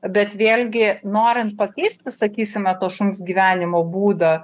bet vėlgi norint pakeisti sakysime to šuns gyvenimo būdą